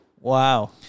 Wow